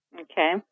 Okay